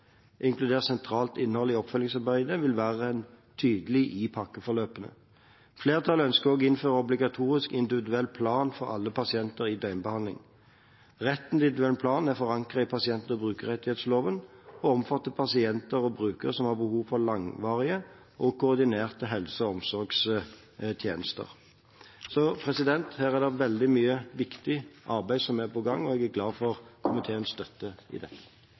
sentralt innhold i oppfølgingsarbeidet – vil være tydelig i pakkeforløpene. Flertallet ønsker også å innføre en obligatorisk individuell plan for alle pasienter i døgnbehandling. Retten til individuell plan er forankret i pasient- og brukerrettighetsloven og omfatter pasienter og brukere som har behov for langvarige og koordinerte helse- og omsorgstjenester. Det er veldig mye viktig arbeid på gang, og jeg er glad for komiteens støtte i dette.